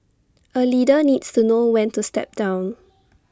A leader needs to know when to step down